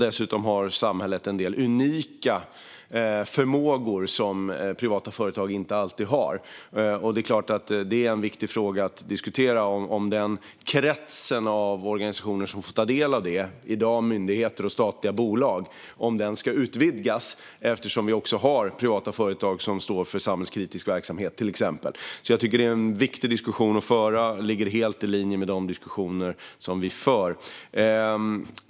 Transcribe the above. Dessutom har samhället en del unika förmågor som privata företag inte har. Det är klart att det är en viktig fråga att diskutera om kretsen av organisationer som får ta del av detta - i dag myndigheter och statliga bolag - ska utvidgas eftersom vi också har privata företag som står för samhällskritisk verksamhet. Jag tycker att det är en viktig diskussion att föra, och den ligger helt i linje med de diskussioner som vi för.